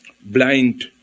blind